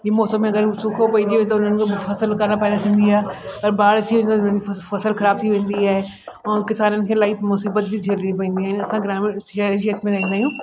जीअं मौसम में अगरि सूखो पइजी वियो त उन्हनि खे पोइ फ़सुलु कान पैदा थींदी आहे अगरि बाढ़ अची वई त उन्हनि जी फ़स फ़सुलु ख़राबु थी वेंदी आहे ऐं किसाननि खे इलाही मुसीबतियूं झेलणी पवंदी आहिनि असां ग्रामीण शहरी क्षेत्र में रहंदा आहियूं